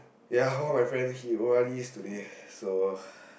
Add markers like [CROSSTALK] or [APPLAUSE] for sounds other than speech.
ya hall my friends he o_r_d today so [BREATH]